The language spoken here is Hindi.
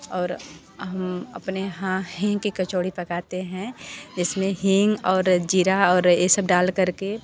और हम अपने यहाँ दही की कचोरी पकाते हैं इस में हींग और ज़ीरा और यह सब डाल कर के